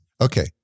Okay